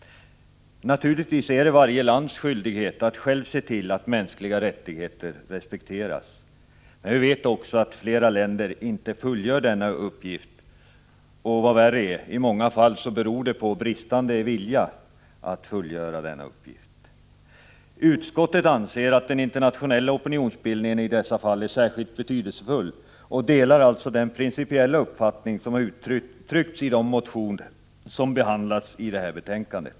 Naturligtvis är det varje lands skyldighet att själv se till att mänskliga rättigheter respekteras, men vi vet att flera länder inte fullgör denna skyldighet. Och vad värre är: i många fall beror detta på bristande vilja. Utskottet anser att den internationella opinionsbildningen i dessa fall är särskilt betydelsefull och delar alltså den principiella uppfattning som har uttryckts i de motioner som behandlats i detta betänkande.